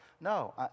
No